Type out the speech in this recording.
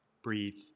Breathe